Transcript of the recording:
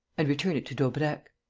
and return it to daubrecq.